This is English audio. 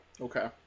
Okay